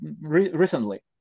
recently